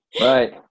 Right